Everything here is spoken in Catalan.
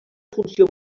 funció